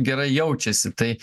gerai jaučiasi tai